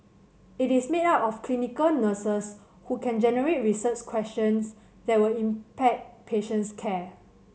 it is made up of clinical nurses who can generate research questions that will impact patients care